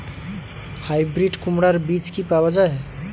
Hybrid কুমড়ার বীজ কি পাওয়া য়ায়?